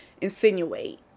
insinuate